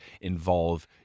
involve